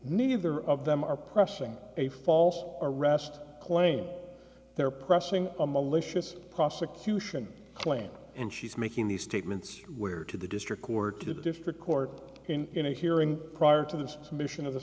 neither of them are pressing a false arrest claim they're pressing a malicious prosecution claim and she's making these statements where to the district court to a different court in a hearing prior to this submission of the